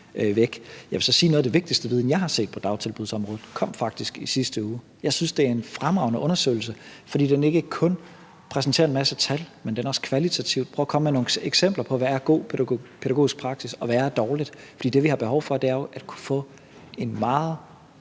væk. Jeg vil så sige, at noget af det vigtigste viden, jeg har set på dagtilbudsområdet, faktisk kom i sidste uge. Jeg synes, at det er en fremragende undersøgelse, fordi den ikke kun præsenterer en masse tal, men også kvalitativt prøver at komme med nogle eksempler på, hvad god pædagogisk praksis er, og hvad der er dårlig. For det, vi har behov for, er jo at få en meget